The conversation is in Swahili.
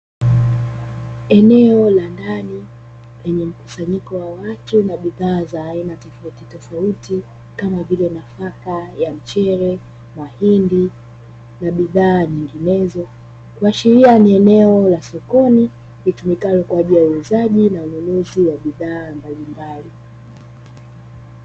Eneo la ndani lenye mkusanyiko wa watu na bidhaa za aina tofautitofauti kama vile nafaka ya mchele, mahindi na bidhaa nyinginezo kuashiria ni eneo la sokoni litumikalo kwa ajili ya uwezaji na ununuzi wa bidhaa mbalimbali.